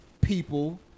people